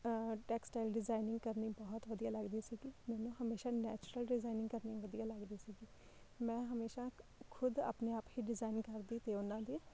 textile designing ਕਰਨੀ ਬਹੁਤ ਵਧੀਆ ਲੱਗਦੀ ਸੀਗੀ ਮੈਨੂੰ ਹਮੇਸ਼ਾ ਨੈਚਰਲ ਡਿਜ਼ਾਈਨਿੰਗ ਕਰਨੀ ਵਧੀਆ ਲੱਗਦੀ ਸੀਗੀ ਮੈਂ ਹਮੇਸ਼ਾ ਖੁਦ ਆਪਣੇ ਆਪ ਹੀ ਡਿਜ਼ਾਈਨਿੰਗ ਕਰਦੀ ਅਤੇ ਉਹਨਾਂ ਦੇ